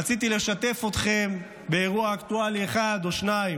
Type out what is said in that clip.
רציתי לשתף אתכם באירוע אקטואלי אחד או שניים,